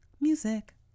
Music